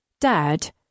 Dad